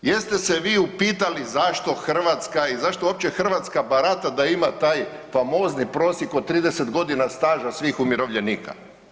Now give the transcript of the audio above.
Jeste se vi upitali zašto Hrvatska i zašto uopće Hrvatska barata da ima taj famozni prosjek od 30.g. staža svih umirovljenika?